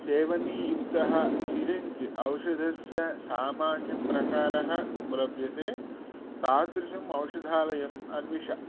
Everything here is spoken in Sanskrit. सेवनीयुक्तः सिरिञ्ज् औषधस्य सामान्यप्रकारः उपलभ्यते तादृशम् औषधालयम् अन्वेष्य